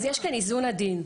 אז יש כאן איזון עדין,